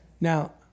Now